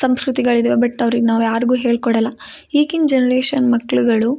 ಸಂಸ್ಕೃತಿಗಳಿದ್ದಾವೆ but ಅವ್ರಿಗೆ ನಾವು ಯಾರಿಗು ಹೇಳಿಕೊಡೊಲ್ಲ ಈಗಿನ ಜನರೇಷನ್ ಮಕ್ಳುಗಳು